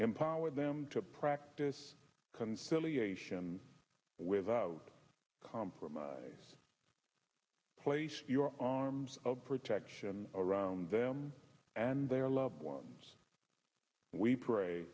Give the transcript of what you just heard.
empower them to practice conciliation without compromise place your arms of protection around them and their loved ones we pra